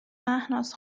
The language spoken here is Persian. مهناز